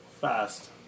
fast